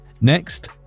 Next